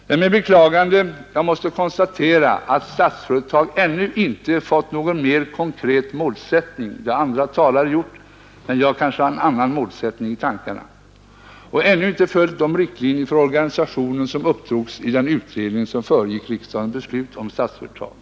Det är med beklagande jag måste konstatera att Statsföretag ännu inte fått någon mer konkret målsättning — det har andra talare också gjort, men jag kanske har en annan målsättning i tankarna — och att man ännu inte följt de riktlinjer för organisationen som uppdrogs i den utredning som föregick riksdagens beslut om Statsföretag.